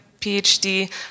phd